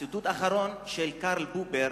ציטוט אחרון, של קרל פופר,